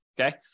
Okay